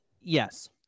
yes